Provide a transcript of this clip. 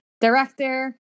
director